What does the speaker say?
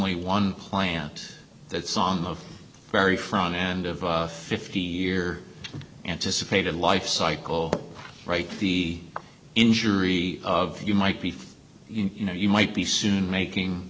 ly one plant that song the very front end of a fifty year anticipated life cycle right the injury of you might be for you know you might be soon making